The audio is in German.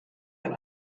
ein